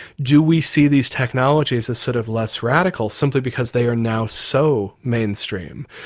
do we see these technologies as sort of less radical simply because they are now so mainstream?